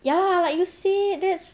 ya lah like you will see that's